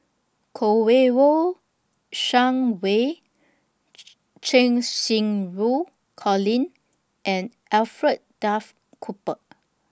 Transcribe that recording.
Shang Wei Cheng Xinru Colin and Alfred Duff Cooper